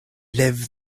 live